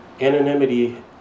Anonymity